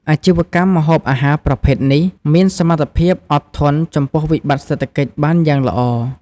អាជីវកម្មម្ហូបអាហារប្រភេទនេះ មានសមត្ថភាពអត់ធន់ចំពោះវិបត្តិសេដ្ឋកិច្ចបានយ៉ាងល្អ។